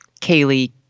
Kaylee